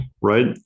right